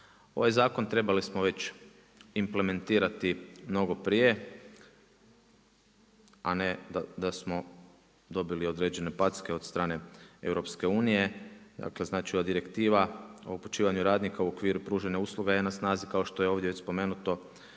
Ovaj zakon trebali smo već implementirati mnogo prije, a ne da smo dobili određene packe od strane EU. Dakle znači ova Direktiva o upućivanju radnika u okviru pružanja usluga je na snazi kao što je ovdje već spomenuto